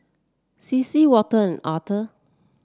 Cecily Walter and Authur